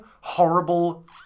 horrible